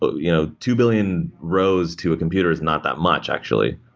ah you know two billion rows to a computer is not that much actually.